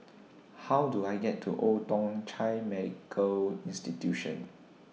How Do I get to Old Thong Chai Medical Institution